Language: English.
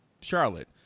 Charlotte